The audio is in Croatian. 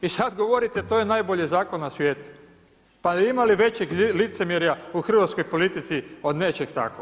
I sad govorite to je najbolji zakon na svijetu, pa ima li većeg licemjerja u Hrvatskoj politici od nečeg takvoga?